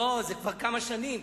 לא, זה כבר כמה שנים.